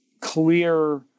clear